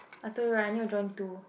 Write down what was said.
I told you [right] I need to join two